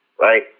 right